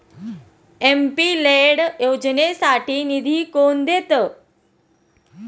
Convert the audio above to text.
MP LAD योजनेसाठी निधी कोण देतं?